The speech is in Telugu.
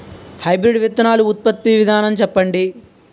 హైబ్రిడ్ విత్తనాలు ఉత్పత్తి విధానం చెప్పండి?